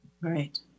Right